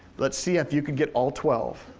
let's see if you can get all twelve.